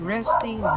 Resting